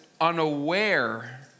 unaware